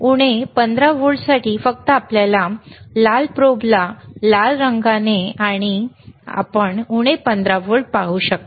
उणे 15 व्होल्टसाठी फक्त आपल्या लाल प्रोबला लाल रंगाने जोडा आणि आपण उणे 15 व्होल्ट पाहू शकता